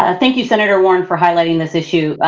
and thank you, senator warren, for highlighting this issue.